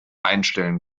einstellen